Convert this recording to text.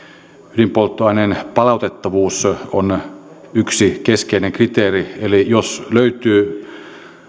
ydinpolttoaineen palautettavuus on yksi keskeinen kriteeri jos löytyy